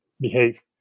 behave